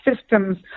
systems